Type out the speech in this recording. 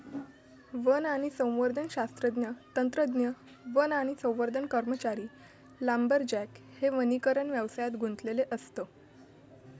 one आणि संवर्धन शास्त्रज्ञ, तंत्रज्ञ, वन आणि संवर्धन कर्मचारी, लांबरजॅक हे वनीकरण व्यवसायात गुंतलेले असत